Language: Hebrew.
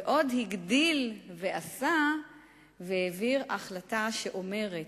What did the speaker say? ועוד הגדיל ועשה והעביר החלטה שאומרת,